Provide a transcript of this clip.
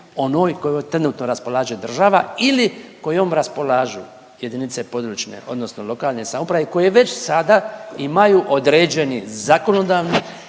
onoj kojoj trenutno raspolaže država ili kojom raspolažu jedinice područne odnosno lokalne samouprave koje već sada imaju određeni zakonodavni